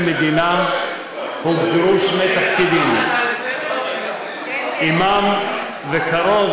מדינה הוגדרו שני תפקידים: אימאם וכרוז,